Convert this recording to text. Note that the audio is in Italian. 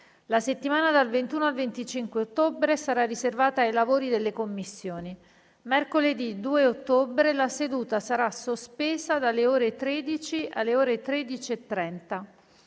La settimana dal 21 al 25 ottobre sarà riservata ai lavori delle Commissioni. Mercoledì 2 ottobre la seduta sarà sospesa dalle ore 13 alle ore 15,30.